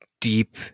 deep